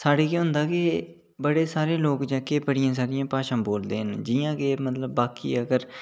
साढ़े केह् होंदा के बड़े सारे लोक जेह्के बड़ियां सारियां भाशां बोलदे न जि'यां अगर बाकी के